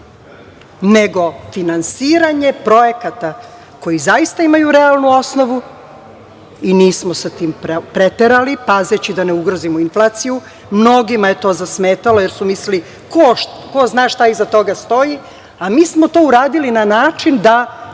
nego finansiranje projekata koji zaista imaju realnu osnovu i nismo sa tim preterali pazeći da ne ugrozimo inflaciju. Mnogima je to zasmetalo, jer su mislili ko zna šta iza toga stoji, a mi smo to uradili na način da